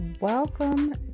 Welcome